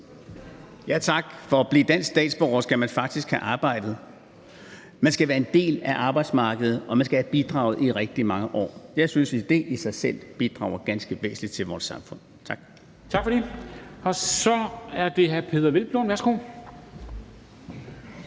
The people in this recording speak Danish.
Tak. For at blive dansk statsborger skal man faktisk have arbejdet, man skal være en del af arbejdsmarkedet, og man skal have bidraget i rigtig mange år. Jeg synes, det i sig selv bidrager ganske væsentligt til vores samfund. Tak. Kl. 13:52 Formanden (Henrik Dam Kristensen):